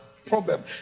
problem